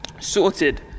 sorted